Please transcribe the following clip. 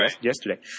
yesterday